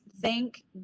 thank